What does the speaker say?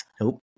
Nope